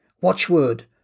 Watchword